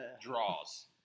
draws